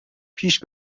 پیش